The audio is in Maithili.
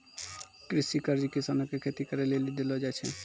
कृषि कर्ज किसानो के खेती करे लेली देलो जाय छै